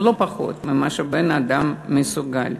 או לא פחות ממה שבן-אדם מסוגל.